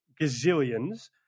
gazillions